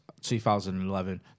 2011